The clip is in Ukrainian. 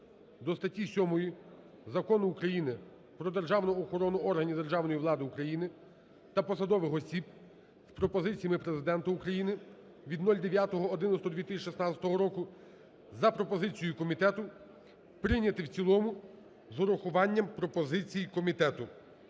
до статті 7 Закону України "Про державну охорону органів державної влади України та посадових осіб" з пропозиціями Президента України від 09.11.2016 року за пропозицією комітету прийняти в цілому з урахуванням пропозицій комітету.